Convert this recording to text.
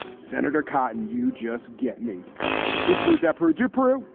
senator cotton, you just get me in peru, desperate to peru.